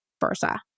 versa